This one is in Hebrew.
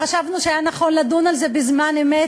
חשבנו שהיה נכון לדון על זה בזמן אמת.